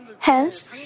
Hence